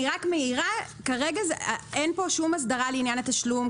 אני רק מעירה: כרגע אין פה שום הסדרה לעניין התשלום.